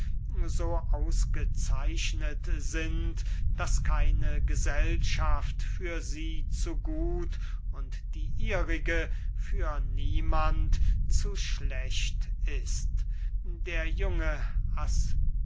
so ausgezeichnet sind daß keine gesellschaft für sie zu gut und die ihrige für niemand zu schlecht ist der junge